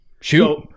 Shoot